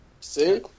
see